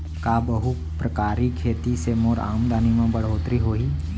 का बहुप्रकारिय खेती से मोर आमदनी म बढ़होत्तरी होही?